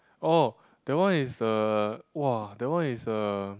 oh that one is uh [wah] that one is uh